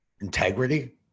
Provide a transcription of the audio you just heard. Integrity